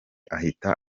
ahita